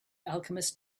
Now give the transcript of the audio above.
alchemist